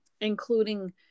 Including